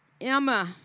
Emma